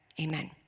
amen